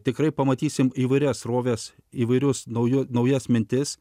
tikrai pamatysime įvairias sroves įvairius naujus naujas mintis